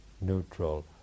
neutral